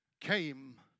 came